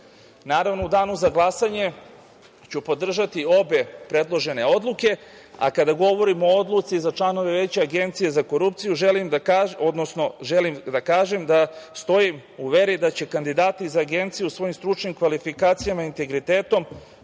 u danu za glasanje ću podržati obe predložene odluke, a kada govorimo o odluci za članove Veća Agencije za korupciju, želim da kažem da stojim u veri da će kandidati za Agenciju svojim stručnim kvalifikacijama, integritetom